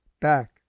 back